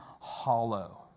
hollow